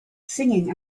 singing